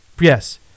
Yes